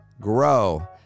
grow